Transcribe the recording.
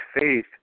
faith